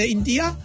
India